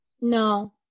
No